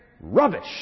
Rubbish